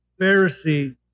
Pharisee